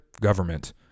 government